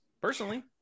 personally